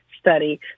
study